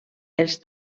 els